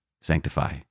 Sanctify